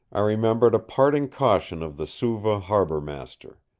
i remembered a parting caution of the suva harbour-master